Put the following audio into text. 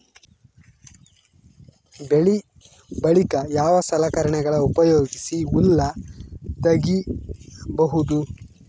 ಬೆಳಿ ಬಳಿಕ ಯಾವ ಸಲಕರಣೆಗಳ ಉಪಯೋಗಿಸಿ ಹುಲ್ಲ ತಗಿಬಹುದು?